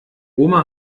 oma